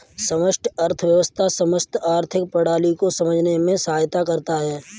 समष्टि अर्थशास्त्र समस्त आर्थिक प्रणाली को समझने में सहायता करता है